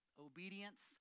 obedience